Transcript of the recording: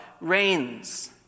reigns